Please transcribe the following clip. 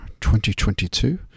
2022